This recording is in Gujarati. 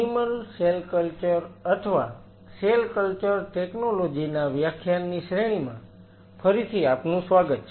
એનિમલ સેલ કલ્ચર અથવા સેલ કલ્ચર ટેકનોલોજી ના વ્યાખ્યાનની શ્રેણીમાં ફરીથી આપનું સ્વાગત છે